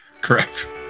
correct